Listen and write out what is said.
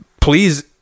please